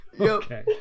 Okay